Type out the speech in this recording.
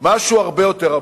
משהו הרבה יותר עמוק.